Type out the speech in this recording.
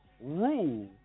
rule